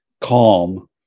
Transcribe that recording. calm